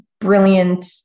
brilliant